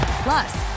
Plus